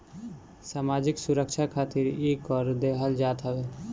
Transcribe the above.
सामाजिक सुरक्षा खातिर इ कर देहल जात हवे